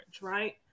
right